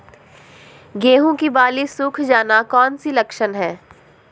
गेंहू की बाली सुख जाना कौन सी लक्षण है?